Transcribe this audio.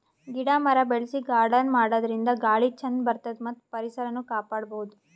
ಗಿಡ ಮರ ಬೆಳಸಿ ಗಾರ್ಡನ್ ಮಾಡದ್ರಿನ್ದ ಗಾಳಿ ಚಂದ್ ಬರ್ತದ್ ಮತ್ತ್ ಪರಿಸರನು ಕಾಪಾಡ್ಕೊಬಹುದ್